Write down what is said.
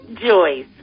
Joyce